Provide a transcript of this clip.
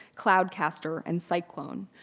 cloud caster, and cyclone.